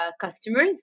customers